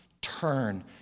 turn